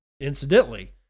Incidentally